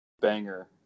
banger